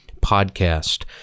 podcast